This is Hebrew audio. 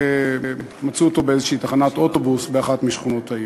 שמצאו אותו באיזו תחנת אוטובוס באחת משכונות העיר.